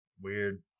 Weird